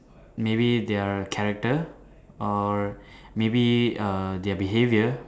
maybe their character or maybe err their behaviour